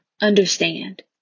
understand